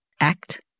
act